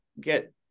get